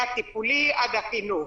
מהטיפולי עד החינוך.